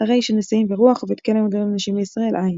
הרי ש"נשיאים ורוח" ובית כלא מודרני לנשים בישראל – אין.